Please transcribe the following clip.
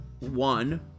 One